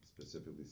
specifically